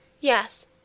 Yes